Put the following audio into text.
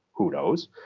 who knows.